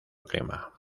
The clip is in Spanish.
clima